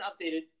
updated